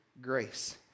grace